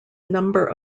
number